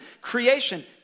creation